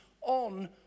on